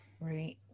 right